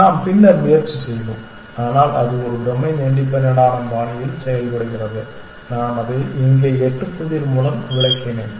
நாம் பின்னர் முயற்சி செய்வோம் ஆனால் அது ஒரு டொமைன் இண்டிபென்டன்டான பாணியில் செய்யப்படுகிறது நான் அதை இங்கே எட்டு புதிர் மூலம் விளக்கினேன்